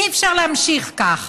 אי-אפשר להמשיך כך.